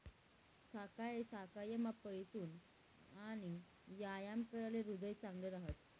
सकाय सकायमा पयनूत आणि यायाम कराते ह्रीदय चांगलं रहास